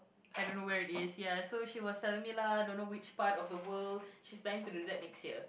I don't know where it is ya so she was telling me lah don't know which part of the world she's planning to do that next year